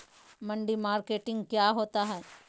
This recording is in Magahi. मंडी मार्केटिंग क्या होता है?